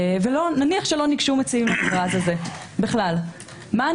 ונניח שבכלל לא ניגשו מציעים למכרז הזה.